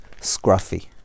scruffy